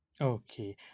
Okay